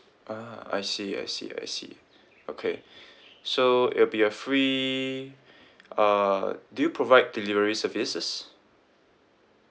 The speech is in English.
ah I see I see I see okay so it'll be a free uh do you provide delivery services